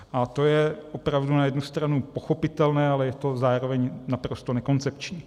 A to je opravdu na jednu stranu pochopitelné, ale je to zároveň naprosto nekoncepční.